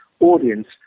audience